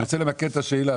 אני רוצה למקד את השאלה.